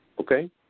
okay